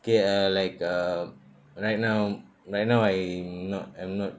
get a like a right now right now I'm not I'm not